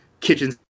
Kitchens